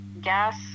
Gas